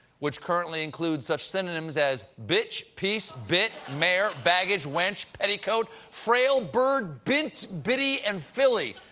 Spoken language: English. which currently includes such synonyms as bitch piece, bit, mare, baggage, wench, petticoat, frail, bird, bint, biddy, and filly.